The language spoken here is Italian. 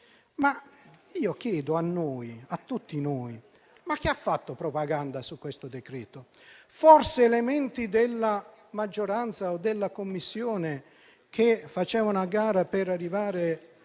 chiedo a tutti noi: chi ha fatto propaganda su questo decreto-legge? Forse elementi della maggioranza o della Commissione che facevano a gara per arrivare